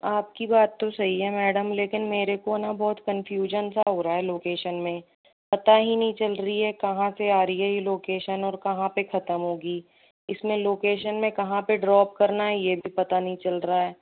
आपकी बात तो सही है मैडम लेकिन मेरे को न बहुत कन्फ़्यूजन सा हो रहा है लोकेशन में पता ही नहीं चल रही है कहाँ से आ रही है ये लोकेशन और कहाँ पर ख़त्म होगी इसमें लोकेशन में कहाँ पर ड्रॉप करना है यह भी पता नहीं चल रहा है